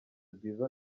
bwiza